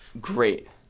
great